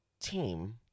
team